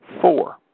Four